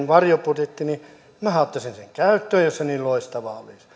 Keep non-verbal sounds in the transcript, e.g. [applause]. [unintelligible] varjobudjetin minähän ottaisin käyttöön jos se niin loistava olisi